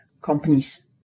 companies